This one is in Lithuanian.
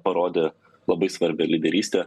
parodė labai svarbią lyderystę